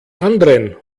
anderen